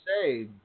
say